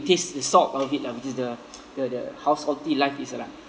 taste the salt of it lah which is the the the how salty life is lah